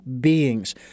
beings